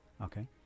Okay